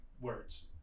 words